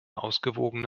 ausgewogene